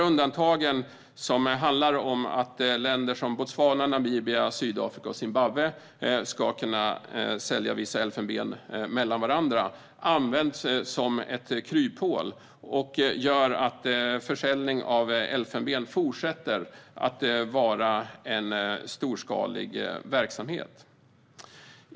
Undantagen, som handlar om att länder som Botswana, Namibia, Sydafrika och Zimbabwe ska kunna sälja vissa elfenben mellan varandra, används som ett kryphål och gör att försäljning av elfenben fortsätter att vara en storskalig verksamhet.